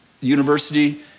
university